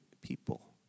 people